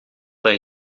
hij